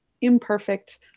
imperfect